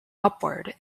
upward